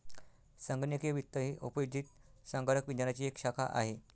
संगणकीय वित्त ही उपयोजित संगणक विज्ञानाची एक शाखा आहे